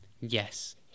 Yes